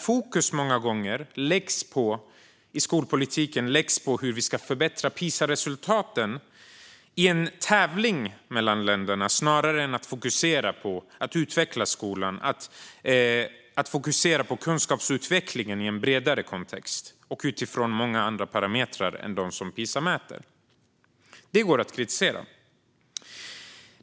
Fokus i skolpolitiken läggs många gånger på hur vi ska förbättra PISA-resultaten i en tävling mellan länder snarare än att fokusera på kunskapsutveckling i en bredare kontext och utifrån många andra parametrar än de som PISA mäter. Det går att kritisera.